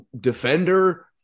defender